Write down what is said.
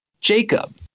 Jacob